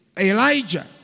Elijah